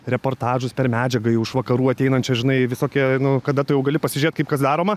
reportažus per medžiagą jau iš vakarų ateinančią žinai visokie nu kada tu jau gali pasižiūrėt kaip kas daroma